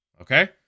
Okay